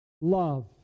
love